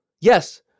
yes